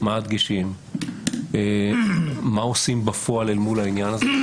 מה הדגשים, מה עושים בפועל אל מול העניין הזה.